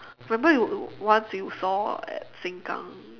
remember you once you saw at sengkang